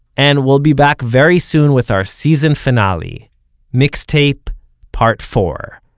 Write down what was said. and we'll be back very soon with our season finale mixtape part four,